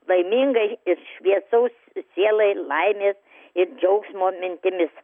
laimingai ir šviesaus sielai laimės ir džiaugsmo mintimis